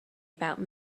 about